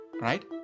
right